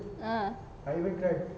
uh